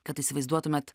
kad įsivaizduotumėt